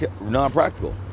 non-practical